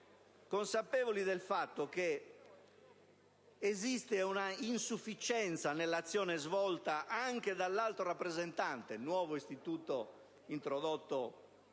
consapevoli del fatto che esiste un'insufficienza nell'azione svolta anche dall'Alto rappresentante, nuovo istituto introdotto